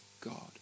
God